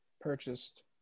Purchased